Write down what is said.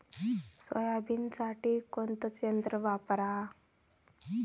सोयाबीनसाठी कोनचं यंत्र वापरा?